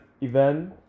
event